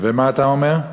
ומה אתה אומר?